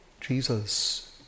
Jesus